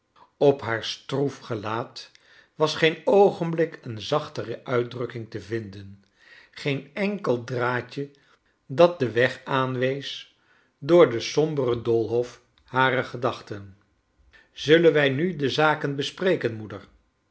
op haar stroef gelaat was geen oogenblik een zachtere uitdrukking te vinden geen enkel draadje dat den weg aan wees door den somberen doolhof harer gedachten zullen wij nu de zaken besprekem moeder